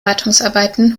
wartungsarbeiten